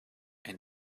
and